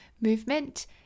movement